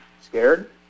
Scared